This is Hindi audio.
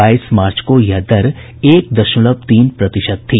बाईस मार्च को यह दर एक दशमलव तीन प्रतिशत थी